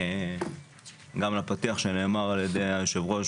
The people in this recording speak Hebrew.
גם לפתיח שנאמר על-ידי היושב-ראש,